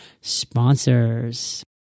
sponsors